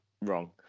wrong